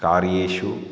कार्येषु